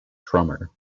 drummer